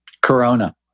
Corona